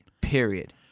Period